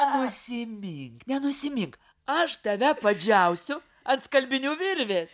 nenusimink nenusimink aš tave padžiausiu ant skalbinių virvės